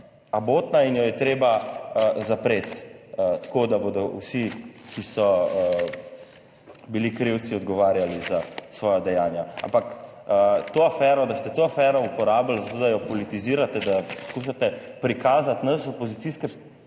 abotna in jo je treba zapreti tako, da bodo vsi, ki so bili krivci, odgovarjali za svoja dejanja. Ampak to afero, da ste to afero uporabili zato, da jo politizirate, da poskušate prikazati nas koalicijske